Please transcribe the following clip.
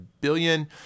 billion